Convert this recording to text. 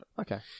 Okay